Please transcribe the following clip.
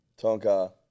Tonka